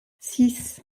six